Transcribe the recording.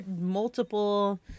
multiple